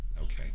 Okay